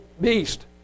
beast